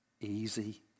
Easy